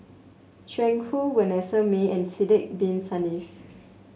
Jiang Hu Vanessa Mae and Sidek Bin Saniff